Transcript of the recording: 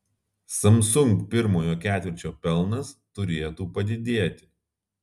samsung pirmojo ketvirčio pelnas turėtų padidėti